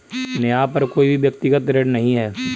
नेहा पर कोई भी व्यक्तिक ऋण नहीं है